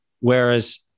Whereas